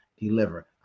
deliver